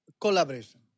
collaboration